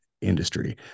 industry